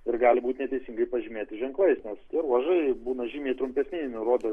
ir gali būt neteisingai pažymėti ženklais nes tie ruožai būna žymiai trumpesni nei nurodo